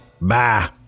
Bye